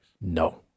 No